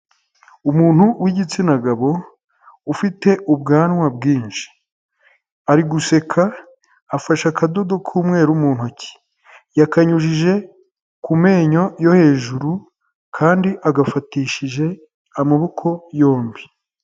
Umuntu w'igitsina gabo ufite ubwanwa bwinshi ari guseka afashe akadodo k'umweru mu ntoki, yakanyujije ku menyo yo hejuru kandi agafatishije amaboko yomb.i